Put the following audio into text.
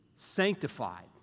sanctified